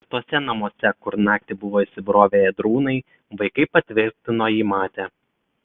ir tuose namuose kur naktį buvo įsibrovę ėdrūnai vaikai patvirtino jį matę